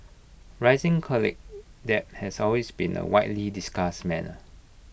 rising college debt has always been A widely discussed matter